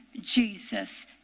Jesus